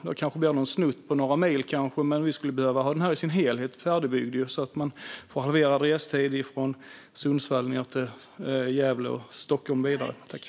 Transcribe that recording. Det kanske blir någon snutt på några mil, men vi skulle behöva ha denna färdigbyggd i sin helhet så att restiden från Sundsvall ned till Gävle och vidare till Stockholm halveras.